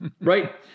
Right